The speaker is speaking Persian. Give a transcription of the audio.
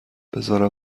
بزار